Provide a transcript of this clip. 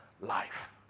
life